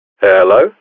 Hello